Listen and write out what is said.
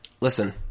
listen